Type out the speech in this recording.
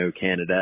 Canada